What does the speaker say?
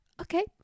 Okay